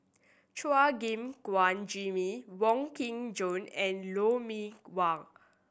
Chua Gim Guan Jimmy Wong Kin Jong and Lou Mee Wah